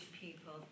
people